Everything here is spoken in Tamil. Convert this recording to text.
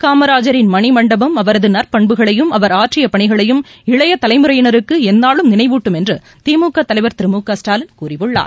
காமராஜரின் மணி மண்டபம் அவரது நற்பண்புகளையும் அவர் ஆற்றிய பணிகளையும் இளைய தலைமுறையினருக்கு எந்நாளும் நினைவூட்டும் என்று திமுக தலைவர் திரு மு க ஸ்டாலின் கூறியுள்ளார்